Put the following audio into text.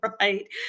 right